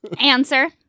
Answer